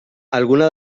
alguna